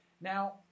Now